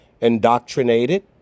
indoctrinated